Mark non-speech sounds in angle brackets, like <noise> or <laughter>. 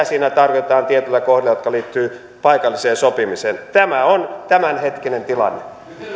<unintelligible> siinä tarkoitetaan tietyillä kohdilla jotka liittyvät paikalliseen sopimiseen tämä on tämänhetkinen tilanne